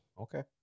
Okay